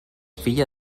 filla